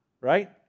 right